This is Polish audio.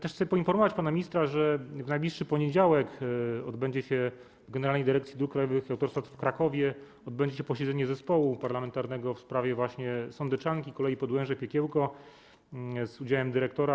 Też chcę poinformować pana ministra, że w najbliższy poniedziałek w Generalnej Dyrekcji Dróg Krajowych i Autostrad w Krakowie odbędzie się posiedzenie zespołu parlamentarnego w sprawie właśnie sądeczanki, kolei Podłęże - Piekiełko, z udziałem dyrektora.